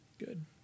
good